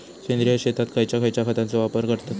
सेंद्रिय शेतात खयच्या खयच्या खतांचो वापर करतत?